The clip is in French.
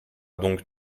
donc